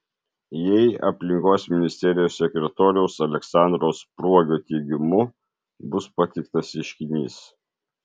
jai aplinkos ministerijos sekretoriaus aleksandro spruogio teigimu bus pateiktas ieškinys